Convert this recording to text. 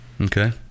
okay